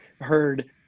heard